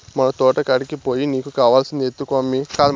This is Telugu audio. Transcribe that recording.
మన తోటకాడికి పోయి నీకు కావాల్సింది ఎత్తుకో అమ్మీ